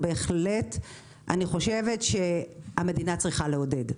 בהחלט אני חושבת שהמדינה צריכה לעודד.